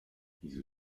you